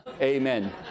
amen